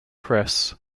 chris